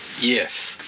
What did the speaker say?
Yes